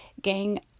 gang